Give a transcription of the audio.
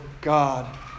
God